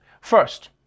First